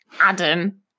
Adam